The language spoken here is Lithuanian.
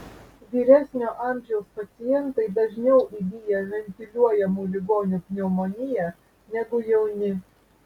vyresnio amžiaus pacientai dažniau įgyja ventiliuojamų ligonių pneumoniją negu jauni